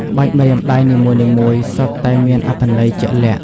ក្បាច់ម្រាមដៃនីមួយៗសុទ្ធតែមានអត្ថន័យជាក់លាក់។